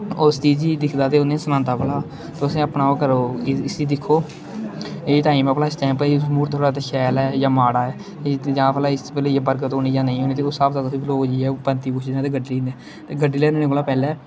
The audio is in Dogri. उस दी जी दिक्खदा ते उ'नेंई सनांदा भला तुसें अपना ओह् करो इस्सी दिक्खो एह् टाइम ऐ भला इस टाइम पर एह् तुस म्हूर्त थोह्ड़ा ते शैल ऐ जां माड़ा ऐ जां भला इस बेल्लै लेइयै बरकत होनी जां नेईं होनी ते उस स्हाब दा तुस लोग जाइयै ओह् पंत गी पुच्छदे न ते गड्डी लैंदे ते गड्डी लेआह्नने कोला पैह्लें